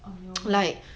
哦你有问啦